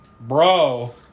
Bro